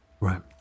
Right